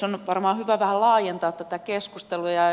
on varmaan hyvä vähän laajentaa tätä keskustelua